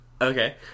Okay